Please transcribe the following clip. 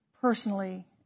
personally